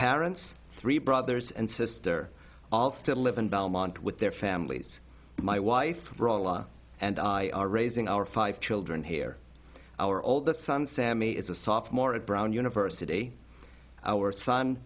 parents three brothers and sister all still live in belmont with their families my wife and i are raising our five children here our oldest son sammy is a soft more at brown university our son